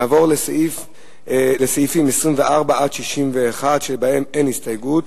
נעבור לסעיפים 24 61, שבהם אין הסתייגות.